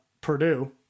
Purdue